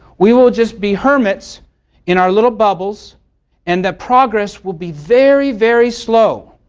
we will just be hermits in our little bubbles and that progress will be very, very slow.